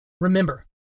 Remember